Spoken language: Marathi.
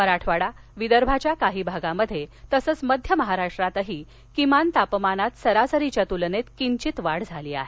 मराठवाडा विदर्भाच्या काही भागात तसंच मध्य महाराष्ट्रातही किमान तापमानात सरासरीच्या तुलनेत किंधित वाढ झाली आहे